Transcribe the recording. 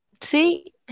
See